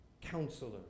Counselor